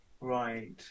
Right